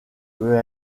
peut